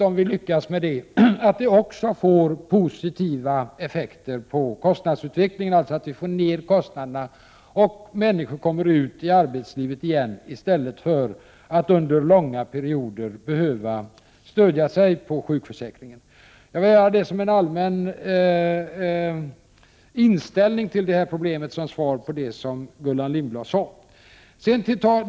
Om vi lyckas med det får det positiva effekter på kostnadsutvecklingen, dvs. att vi får ned kostnaderna och att människor kommer ut i arbetslivet igen i stället för att under långa perioder behöva stödja sig på sjukförsäkringen. Detta är en allmän inställning till detta problem från min sida som svar på det som Gullan Lindblad sade.